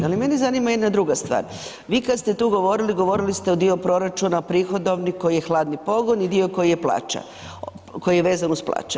Ali mene zanima jedna druga stvar, vi kad ste tu govorili, govorili ste o djelu proračuna, prihodovni koji je hladni pogon i dio koji je plaća, koji je vezan uz plaće.